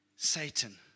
Satan